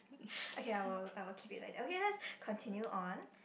okay I will I will keep it like that okay let's continue on